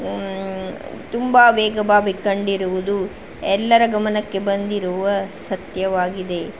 ತುಂಬ ವೇಗಬಾವಿ ಕಂಡಿರುವುದು ಎಲ್ಲರ ಗಮನಕ್ಕೆ ಬಂದಿರುವ ಸತ್ಯವಾಗಿದೆ